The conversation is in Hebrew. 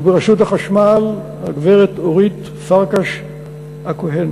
ברשות החשמל הגברת אורית פרקש-הכהן,